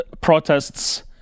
protests